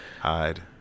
Hide